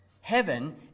heaven